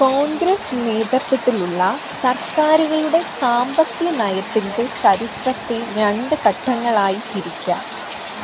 കോൺഗ്രസ് നേതൃത്വത്തിലുള്ള സര്ക്കാരുകളുടെ സാമ്പത്തിക നയത്തിന്റെ ചരിത്രത്തെ രണ്ട് ഘട്ടങ്ങളായി തിരിക്കാം